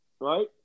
right